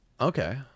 Okay